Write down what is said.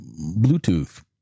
Bluetooth